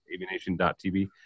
Aviation.tv